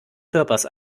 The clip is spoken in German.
körpers